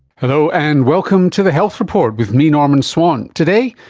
hello, and welcome to the health report, with me, norman swan. today,